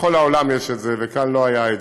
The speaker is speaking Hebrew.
בכל העולם יש את זה, וכאן לא היה.